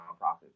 nonprofits